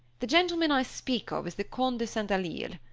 the gentleman i speak of is the comte de st. alyre.